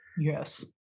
Yes